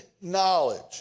knowledge